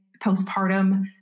postpartum